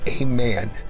amen